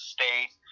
State